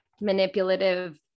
manipulative